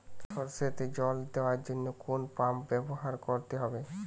সরষেতে জল দেওয়ার জন্য কোন পাম্প ব্যবহার করতে হবে?